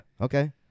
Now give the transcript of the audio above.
Okay